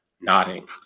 nodding